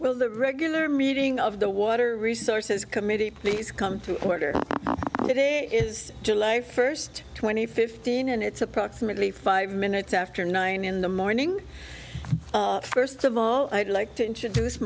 well the regular meeting of the water resources committee please come to order today is july first twenty fifteen and it's approximately five minutes after nine in the morning first of all i'd like to introduce